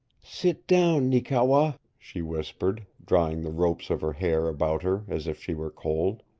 sit down, neekewa, she whispered, drawing the ropes of her hair about her as if she were cold.